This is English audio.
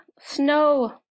snow